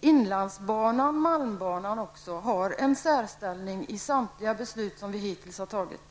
Inlandsbanan och även malmbanan har en särställning i samtliga beslut som vi hittills har fattat.